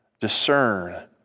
discern